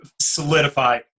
solidify